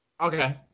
Okay